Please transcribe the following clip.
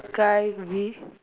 guy with